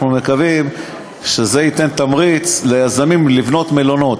אנחנו מקווים שזה ייתן תמריץ ליזמים לבנות מלונות.